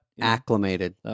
Acclimated